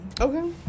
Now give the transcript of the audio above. Okay